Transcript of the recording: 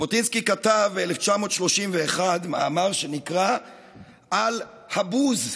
ז'בוטינסקי כתב ב-1931 מאמר שנקרא "על הבוז".